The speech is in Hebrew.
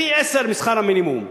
פי-10 משכר המינימום.